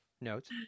notes